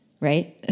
right